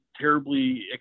terribly